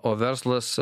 o verslas